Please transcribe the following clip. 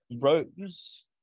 rose